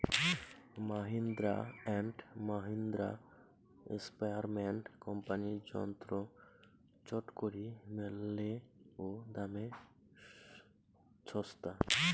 Mahindra and Mahindra, স্প্রেয়ারম্যান কোম্পানির যন্ত্র চটকরি মেলে ও দামে ছস্তা